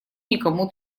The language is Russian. никому